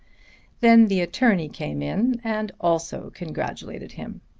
then the attorney came in and also congratulated him.